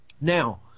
Now